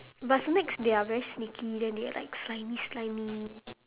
but snakes they are very sneaky then they are like slimy slimy